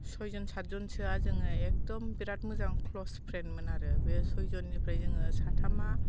सइजन सातजनसोआ जोङो एखदम बेराद मोजां क्ल'स फ्रेन्डमोन आरो बे सइजननिफ्राय जोङो साथामा